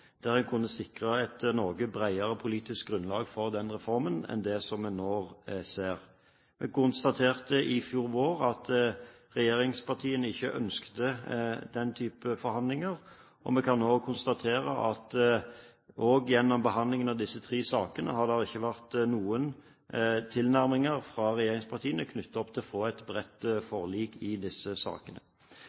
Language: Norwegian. der en kunne sikre Norge et bredere politisk grunnlag for den reformen enn det en nå ser. Jeg konstaterte i fjor vår at regjeringspartiene ikke ønsket forhandlinger, og vi kan også konstatere at gjennom behandlingen av disse tre store sakene har det ikke vært noen tilnærminger fra regjeringspartiene knyttet til å få et bredt forlik i disse sakene.